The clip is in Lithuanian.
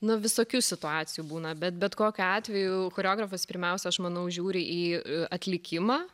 na visokių situacijų būna bet bet kokiu atveju choreografas pirmiausia aš manau žiūri į atlikimą